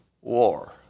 war